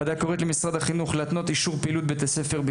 הוועדה קוראת למשרד החינוך להתנות אישור פעילות בית הספר,